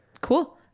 cool